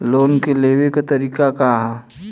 Loan के लेवे क तरीका का ह?